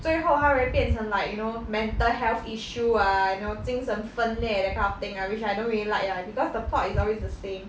最后它会变成 like you know mental health issue ah you know 精神分裂 that kind of thing ah which I don't really like ah because the plot is always the same